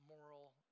moral